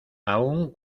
aun